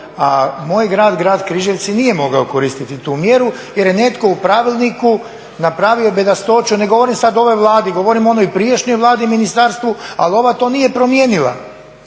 a moj grad, grad Križevci nije mogao koristiti tu mjeru jer je netko u pravilniku napravio bedastoću. Ne govorim sad o ovoj Vladi, govorim o onoj prijašnjoj Vladi i ministarstvu, ali ova to nije promijenila.